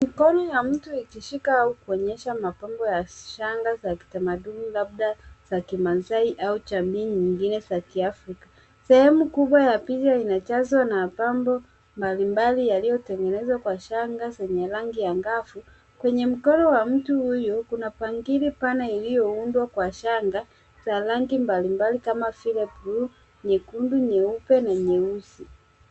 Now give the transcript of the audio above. Mkono wa mtu umevalishwa mapambo ya shanga za kitamaduni, labda za kimila au za thamani nyingine za Kiafrika. Sehemu kubwa ya hifadhi hii inapambwa na mapambo mbalimbali yaliyotengenezwa kwa shanga zenye rangi angavu. Kwenye mkono wa mtu huyu, kuna bangili pana iliyoundwa kwa shanga za rangi tofaut, nyekundu, njano na nyeupe.